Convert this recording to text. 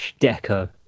Deco